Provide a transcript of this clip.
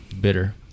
bitter